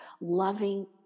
loving